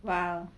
!wow!